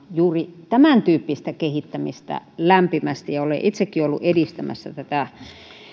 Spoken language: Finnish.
juuri tämäntyyppistä kehittämistä lämpimästi ja olen itsekin ollut edistämässä tätä